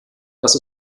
dass